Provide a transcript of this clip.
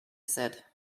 said